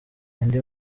indi